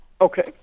Okay